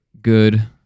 good